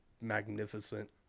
magnificent